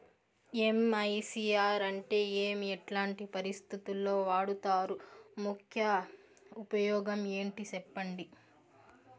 MICR అంటే ఏమి? ఎట్లాంటి పరిస్థితుల్లో వాడుతారు? ముఖ్య ఉపయోగం ఏంటి సెప్పండి?